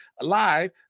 live